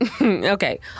Okay